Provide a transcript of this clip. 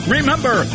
Remember